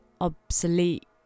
obsolete